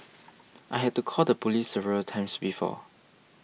I had to call the police several times before